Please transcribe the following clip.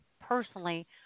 personally